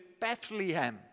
Bethlehem